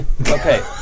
Okay